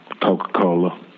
Coca-Cola